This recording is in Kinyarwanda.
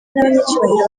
n’abanyacyubahiro